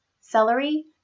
celery